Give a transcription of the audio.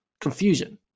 confusion